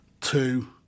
two